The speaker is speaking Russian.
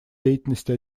деятельности